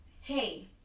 hey